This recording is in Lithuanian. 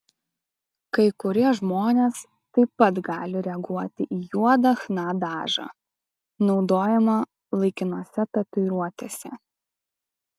kai kurie žmonės taip pat gali reaguoti į juodą chna dažą naudojamą laikinose tatuiruotėse